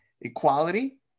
equality